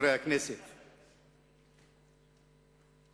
ומה קורה כשהמשטרה כבר תופסת שוהה בלתי חוקי?